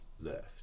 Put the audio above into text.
left